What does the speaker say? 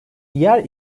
diğer